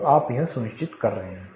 तो आप यह सुनिश्चित कर रहे हैं